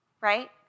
right